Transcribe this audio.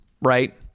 right